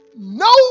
No